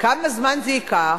כמה זמן זה ייקח?